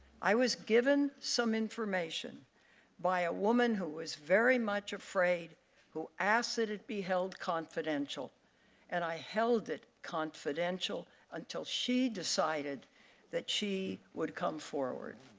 i was given some information by a woman who was very much afraid and asked that it be held confidential and i held it confidential until she decided that she would come forward.